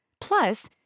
Plus